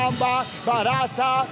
barata